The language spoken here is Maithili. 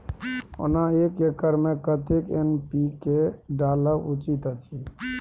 ओना एक एकर मे कतेक एन.पी.के डालब उचित अछि?